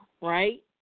right